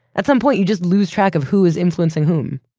at some point you just lose track of who is influencing whom.